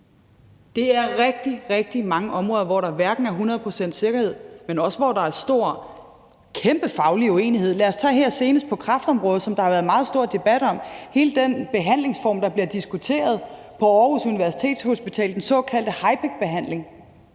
Der er rigtig, rigtig mange områder, hvor der ikke er hundrede procents sikkerhed, men hvor der også er kæmpestor faglig uenighed. Lad os tage det seneste eksempel på kræftområdet, som der har været meget stor debat om, hele den behandlingsform, der bliver diskuteret på Aarhus Universitetshospital, den såkaldte HIPEC-behandling.